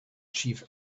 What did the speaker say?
chief